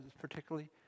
particularly